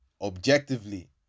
objectively